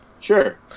Sure